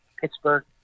Pittsburgh